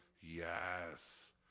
Yes